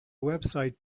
website